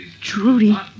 Trudy